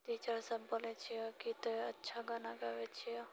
teacher सभ बोलै छिऐ कि तों अच्छा गाना गाबै छिऐ